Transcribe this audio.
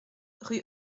rue